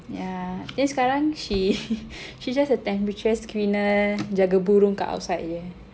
yeah dia sekarang she she's just a temperature screener jaga burung dekat outside jer